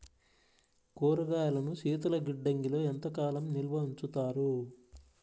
కూరగాయలను శీతలగిడ్డంగిలో ఎంత కాలం నిల్వ ఉంచుతారు?